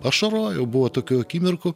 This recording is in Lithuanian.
ašarojau buvo tokių akimirkų